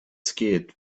scared